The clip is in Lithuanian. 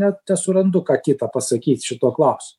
net nesurandu ką kita pasakyt šituo klausimu